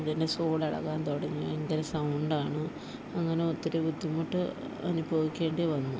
ഇതിൻ്റെ സോള് ഇളകാൻ തുടങ്ങി ഭയങ്കര സൗണ്ട് ആണ് അങ്ങനെ ഒത്തിരി ബുദ്ധിമുട്ട് അനുഭവിക്കേണ്ടി വന്നു